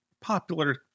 popular